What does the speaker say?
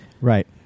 Right